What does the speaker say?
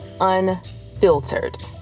unfiltered